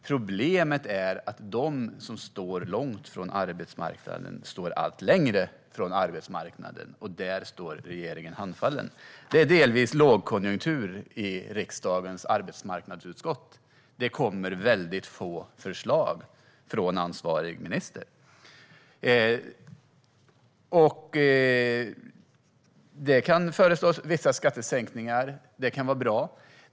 Problemet är att de som står långt ifrån arbetsmarknaden står allt längre bort ifrån den, och där står regeringen handfallen. Det är delvis lågkonjunktur i riksdagens arbetsmarknadsutskott. Det kommer väldigt få förslag från ansvarig minister. Det kan föreslås vissa skattesänkningar, och de kan vara bra.